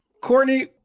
Courtney